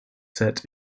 set